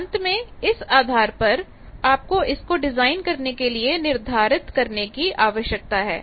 तो अंत में इस आधार पर आपको इसको डिजाइन करने के लिए निर्धारित करने की आवश्यकता है